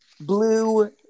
blue